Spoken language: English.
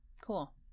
cool